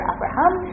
Abraham